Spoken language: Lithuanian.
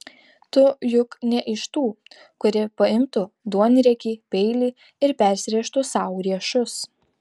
tu juk ne iš tų kuri paimtų duonriekį peilį ir persirėžtų sau riešus